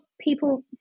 people